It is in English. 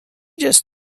just